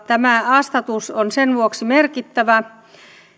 tämä a status on sen vuoksi merkittävä